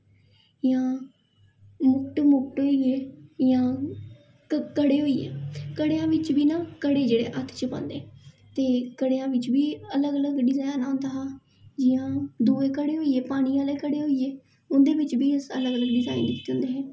जां ओह् टोटे हे जां कढै होई गे कढें बिच्च बी ना जेह्ड़े हत्थ च पांदे ते घढेआ बिच्च बी अलग अलग डिजाईन होंदा हा जि'यां दूऐ घड़े होई गे पानी आह्ले घड़े होई गे उं'दे बिच्च बी अस अलग अलग डिजाईन दिक्खदे होंदे हे